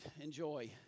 Enjoy